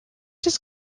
does